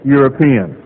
European